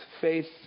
faith